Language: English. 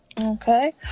Okay